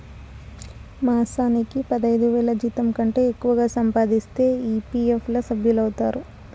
మాసానికి పదైదువేల జీతంకంటే ఎక్కువగా సంపాదిస్తే ఈ.పీ.ఎఫ్ ల సభ్యులౌతారు